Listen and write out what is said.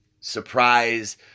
surprise